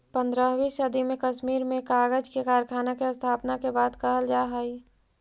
पँद्रहवीं सदी में कश्मीर में कागज के कारखाना के स्थापना के बात कहल जा हई